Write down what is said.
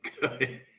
Good